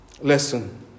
lesson